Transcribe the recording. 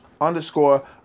underscore